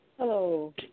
Hello